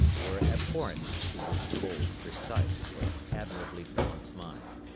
were abhorrent to his cold, precise but admirably balanced mind.